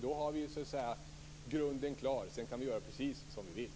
Då har vi grunden klar. Sedan kan vi göra precis som vi vill.